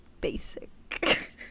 basic